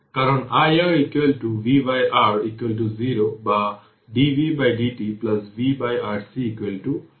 সুতরাং আশা করি এই সোর্স ফ্রি RC সার্কিটটি বোধগম্য হবে